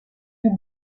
you